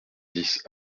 dix